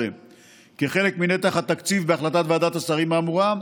כחלק מנתח התקציב בהחלטת ועדת השרים האמורה.